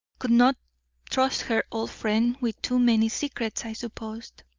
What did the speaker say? could not trust her old friend with too many secrets, i suppose.